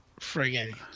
friggin